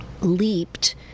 leaped